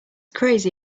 crazy